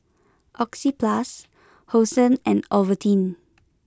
Oxyplus Hosen and Ovaltine